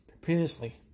previously